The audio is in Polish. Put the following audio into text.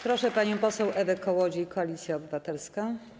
Proszę panią poseł Ewę Kołodziej, Koalicja Obywatelska.